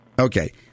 Okay